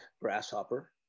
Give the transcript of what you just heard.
grasshopper